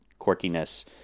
quirkiness